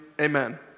Amen